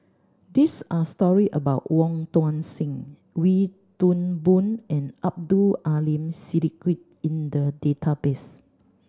this are story about Wong Tuang Seng Wee Toon Boon and Abdul Aleem Siddique in the database